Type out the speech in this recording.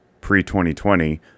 pre-2020